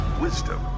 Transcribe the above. wisdom